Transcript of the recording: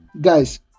Guys